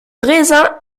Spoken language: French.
raisin